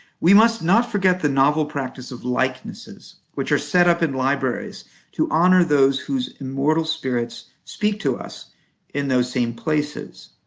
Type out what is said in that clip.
we must not forget the novel practice of likenesses, which are set up in libraries to honor those whose immortal spirits speak to us in those same places.